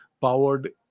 powered